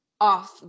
off